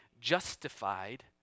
justified